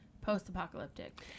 post-apocalyptic